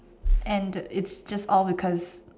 and it's just all because